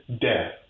Death